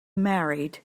married